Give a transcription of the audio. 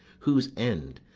whose end,